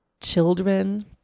children